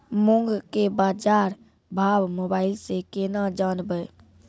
मूंग के बाजार भाव मोबाइल से के ना जान ब?